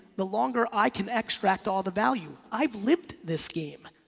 the longer i can extract all the value. i've lived this game,